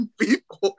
people